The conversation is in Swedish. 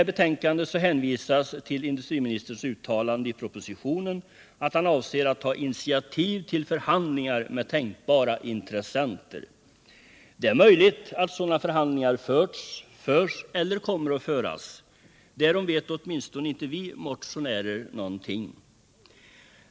I betänkandet hänvisas till industriministerns uttalande i propositionen, att han avser att ta initiativ till förhandlingar med tänkbara intressenter. Det är möjligt att sådana förhandlingar förts, förs eller kommer att föras. Därom vet åtminstone inte vi motionärer något.